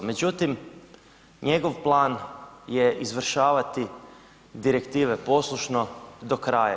Međutim, njegov plan je izvršavati direktive poslušno do kraja.